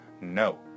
No